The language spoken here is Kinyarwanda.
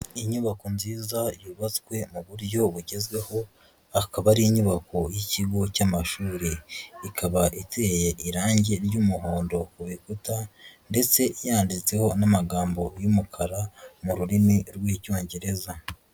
Inyubako nziza yubatswe mu buryo bugezweho, akaba ari inyubako y'ikigo cy'amashuri, ikaba iteye irangi ry'umuhondo ku bikuta ndetse yanditsweho n'amagambo y'umukara, mu rurimi rw'icyongereza.